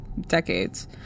decades